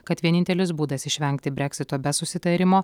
kad vienintelis būdas išvengti breksito be susitarimo